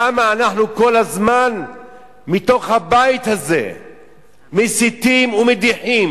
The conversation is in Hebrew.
למה אנחנו כל הזמן מתוך הבית הזה מסיתים ומדיחים?